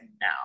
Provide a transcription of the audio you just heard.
now